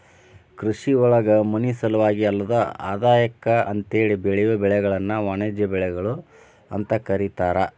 ಕೃಷಿಯೊಳಗ ಮನಿಸಲುವಾಗಿ ಅಲ್ಲದ ಆದಾಯಕ್ಕ ಅಂತೇಳಿ ಬೆಳಿಯೋ ಬೆಳಿಗಳನ್ನ ವಾಣಿಜ್ಯ ಬೆಳಿಗಳು ಅಂತ ಕರೇತಾರ